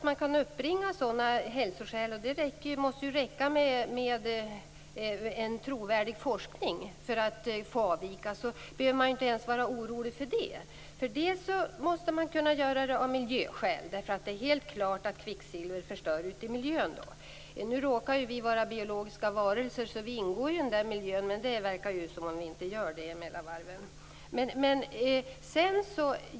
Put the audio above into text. Kan man uppbringa hälsoskäl - det måste räcka med en trovärdig forskning - behöver man inte vara orolig. Man måste kunna göra det av miljöskäl. Det är helt klart att kvicksilver förstör ute i miljön. Nu råkar vi vara biologiska varelser, så vi ingår i den miljön, men det verkar mellan varven som om vi inte gör det.